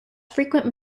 frequent